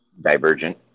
Divergent